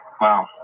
Wow